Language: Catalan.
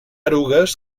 erugues